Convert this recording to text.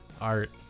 art